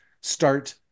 start